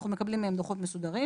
אנחנו מקבלים מהם דוחות מסודרים.